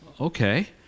Okay